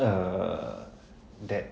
err that